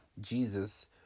Jesus